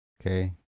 Okay